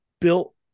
built